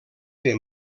fer